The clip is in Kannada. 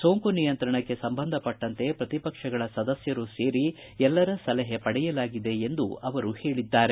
ಸೋಂಕು ನಿಯಂತ್ರಣಕ್ಕೆ ಸಂಬಂಧಪಟ್ಟಂತೆ ಪ್ರತಿಪಕ್ಷಗಳ ಸದಸ್ದರು ಸೇರಿ ಎಲ್ಲರ ಸಲಹೆ ಪಡೆಯಲಾಗಿದೆ ಎಂದು ಅವರು ಹೇಳಿದ್ದಾರೆ